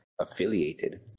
affiliated